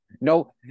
No